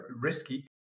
risky